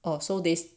orh so there's